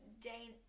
Dane